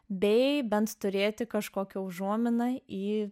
bei bent turėti kažkokią užuominą į